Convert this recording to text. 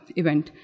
event